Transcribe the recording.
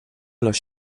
los